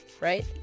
right